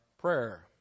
prayer